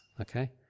Okay